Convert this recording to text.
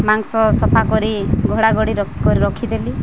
ମାଂସ ସଫା କରି ଘୋଡ଼ାଘୋଡ଼ି କରି ରଖିଦେଲି